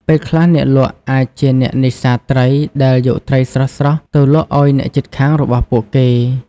ពេលខ្លះអ្នកលក់អាចជាអ្នកនេសាទត្រីដែលយកត្រីស្រស់ៗទៅលក់ឲ្យអ្នកជិតខាងរបស់ពួកគេ។